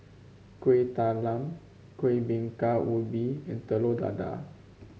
Kueh Talam Kuih Bingka Ubi and Telur Dadah